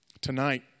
Tonight